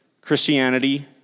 Christianity